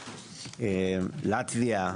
לטביה,